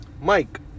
Mike